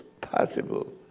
possible